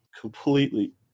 completely